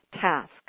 task